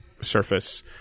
surface